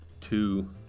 Two